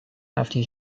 after